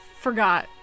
forgot